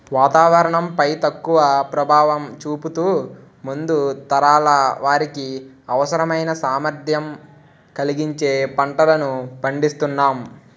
వాతావరణం పై తక్కువ ప్రభావం చూపుతూ ముందు తరాల వారికి అవసరమైన సామర్థ్యం కలిగించే పంటలను పండిస్తునాం